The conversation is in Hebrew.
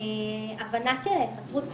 הבנה של התנכרות בית,